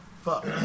Fuck